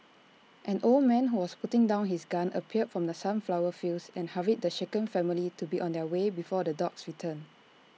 an old man who was putting down his gun appeared from the sunflower fields and hurried the shaken family to be on their way before the dogs return